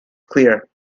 clear